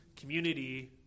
community